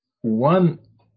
one